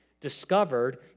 discovered